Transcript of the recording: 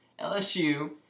LSU –